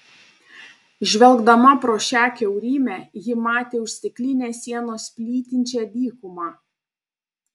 žvelgdama pro šią kiaurymę ji matė už stiklinės sienos plytinčią dykumą